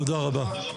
תודה רבה.